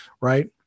right